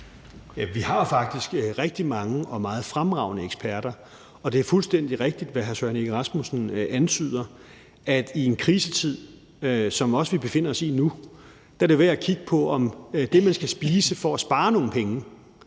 Vi har jo faktisk rigtig mange og meget fremragende eksperter. Og det er fuldstændig rigtigt, hvad hr. Søren Egge Rasmussen antyder, altså at det i en krisetid, som vi jo også befinder os i nu, er værd at kigge på, om det, man skal spise for at spare nogle penge,